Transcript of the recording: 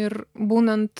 ir būnant